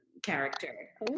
Character